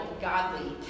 Godly